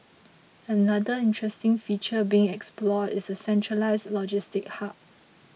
another interesting feature being explored is a centralised logistics hub